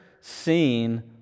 seen